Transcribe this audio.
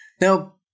Now